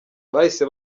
bahise